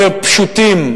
פשוטים,